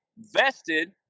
vested